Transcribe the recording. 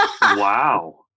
Wow